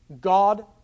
God